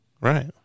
Right